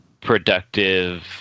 productive